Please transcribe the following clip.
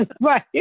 Right